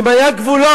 אם היו גבולות,